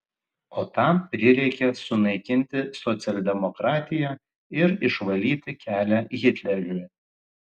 o tam prireikė sunaikinti socialdemokratiją ir išvalyti kelią hitleriui